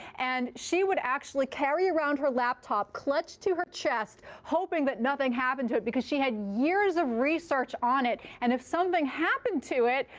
and she would actually carry around her laptop clutched to her chest, hoping that nothing happened to it, because she had years of research on it. and if something happened to it,